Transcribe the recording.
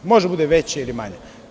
Može da bude veća ili manja.